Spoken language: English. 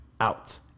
out